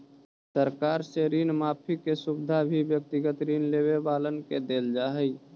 सरकार से ऋण माफी के सुविधा भी व्यक्तिगत ऋण लेवे वालन के देल जा हई